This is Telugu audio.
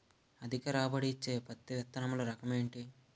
అధిక రాబడి ఇచ్చే పత్తి విత్తనములు రకం ఏంటి?